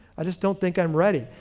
i just don't think i'm ready.